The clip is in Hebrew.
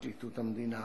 פרקליטות המדינה,